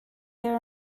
there